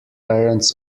parents